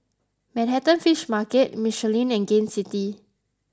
Manhattan Fish Market Michelin and Gain City